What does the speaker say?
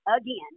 again